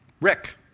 Rick